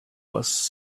was